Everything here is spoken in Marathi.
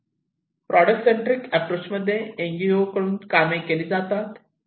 प्रॉडक्ट सेंट्रींक एप्रोच मध्ये एन जी ओ कडून कामे केली जातात